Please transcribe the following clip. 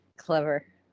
Clever